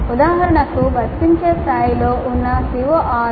ఉదాహరణకు వర్తించే స్థాయిలో ఉన్న CO6